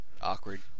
Awkward